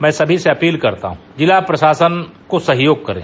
मैं सभी से अपील करता हूँ कि जिला प्रशासन को सहयोग करें